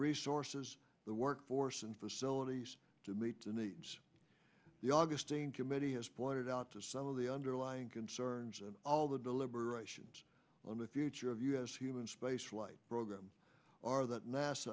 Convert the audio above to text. resources the workforce and facilities to meet the needs the augustine committee has pointed out to some of the underlying concerns and all the deliberations on the future of u s human spaceflight program are that nasa